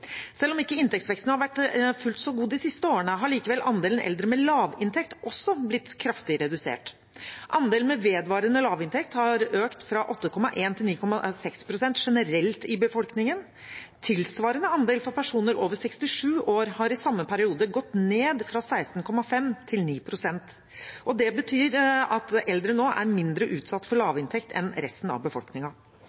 Selv om inntektsveksten ikke har vært fullt så god de siste årene, har likevel andelen eldre med lavinntekt også blitt kraftig redusert. Andelen med vedvarende lavinntekt har økt fra 8,1 til 9,6 pst. generelt i befolkningen, tilsvarende andel for personer over 67 år har i samme periode gått ned fra 16,5 til 9 pst. Det betyr at eldre nå er mindre utsatt for